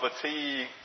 fatigue